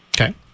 Okay